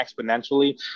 exponentially